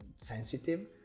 sensitive